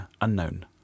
unknown